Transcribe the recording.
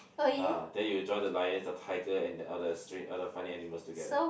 ah then you join the lion the tiger and the others other funny animals together